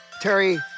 Terry